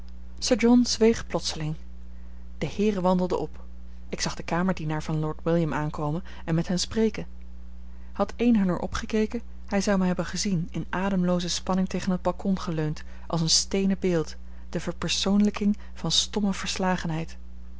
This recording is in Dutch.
zweeg plotseling de heeren wandelden op ik zag den kamerdienaar van lord william aankomen en met hen spreken had een hunner opgekeken hij zou mij hebben gezien in ademlooze spanning tegen het balkon geleund als een steenen beeld de verpersoonlijking van stomme verslagenheid